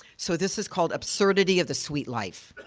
so, this is called absurdity of the sweet life.